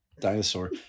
dinosaur